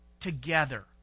together